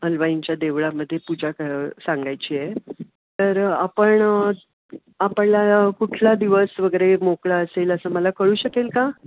हलवाईंच्या देवळामध्ये पूजा कराय सांगायची आहे तर आपण आपल्याला कुठला दिवस वगैरे मोकळा असेल असं मला कळू शकेल का